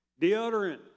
deodorant